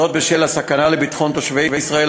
זאת בשל הסכנה הנשקפת לביטחון תושבי ישראל